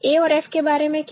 a और f के बारे में क्या